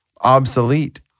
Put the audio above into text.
obsolete